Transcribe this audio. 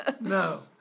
No